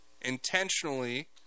intentionally